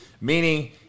meaning